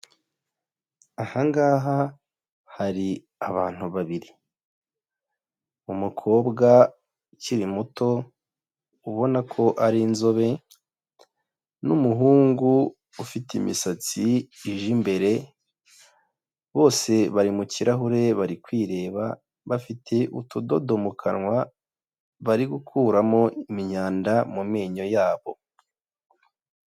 Aha ngaha hari abantu babiri, umukobwa ukiri muto ubona ko ari inzobe n'umuhungu ufite imisatsi ije imbere. Bose bari mu kirahure bari kwireba, bafite utudodo mu kanwa bari gukuramo imyanda mu menyo yabo.